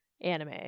anime